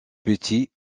petit